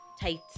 tight